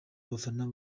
abafana